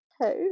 hey